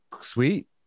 sweet